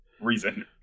reason